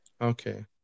okay